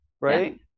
Right